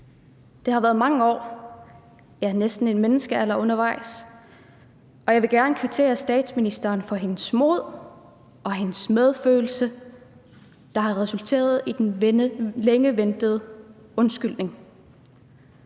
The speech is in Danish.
Det har været mange år, ja, næsten en menneskealder undervejs, og jeg vil gerne kvittere statsministeren for hendes mod og hendes medfølelse, der har resulteret i den længe ventede undskyldning.